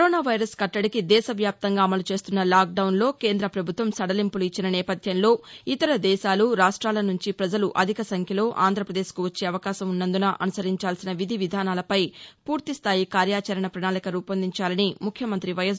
corona virus కట్టడికి దేశ వ్యాప్తంగా అమలు చేస్తున్న లాక్ డౌన్లో కేంద్ర ప్రభుత్వం సడలింపులు ఇచ్చిన నేపథ్యంలో ఇతర దేశాలు రాష్ట్రాల నుంచి ప్రజలు అధిక సంఖ్యలో ఆంధ్రపదేశ్కు వచ్చే అవకాశమున్నందున అనుసరించాల్సిన విధి విధానాలపై ఫూర్తిస్థాయి కార్యాచరణ ప్రణాళిక రూపొందించాలని ముఖ్యమంత్రి వైఎస్